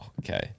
okay